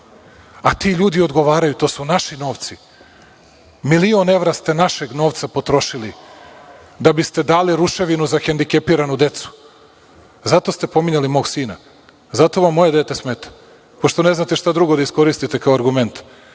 a ti ljudi odgovaraju. To su naši novci. Milion evra ste našeg novca potrošili da biste dali ruševinu za hendikepiranu decu. Zato ste pominjali mog sina. Zato vam moje dete smeta, pošto ne znate šta drugo da iskoristite kao argument,